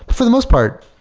for the most part,